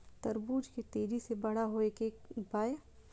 तरबूज के तेजी से बड़ा होय के उपाय?